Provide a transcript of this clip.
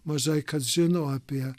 mažai kas žino apie